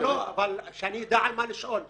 לא, שאני אדע על מה לשאול.